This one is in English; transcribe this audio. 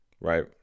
Right